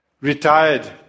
retired